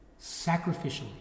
sacrificially